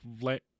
Let